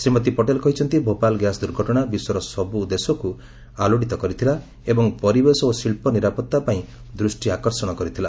ଶ୍ରୀମତୀ ପଟେଲ କହିଛନ୍ତି ଭୋପାଳ ଗ୍ୟାସ୍ ଦୂର୍ଘଟଣା ବିଶ୍ୱର ସବୁଦେଶକୁ ଆଲୋଡିତ କରିଥିଲା ଏବଂ ପରିବେଶ ଓ ଶିଳ୍ପ ନିରାପତ୍ତା ପାଇଁ ଦୃଷ୍ଟି ଆକର୍ଷଣ କରିଥିଲା